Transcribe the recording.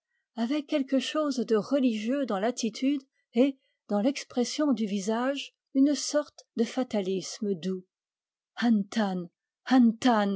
avec quelque chose de religieux dans l'attitude et dans l'expression du visage une sorte de fatalisme doux an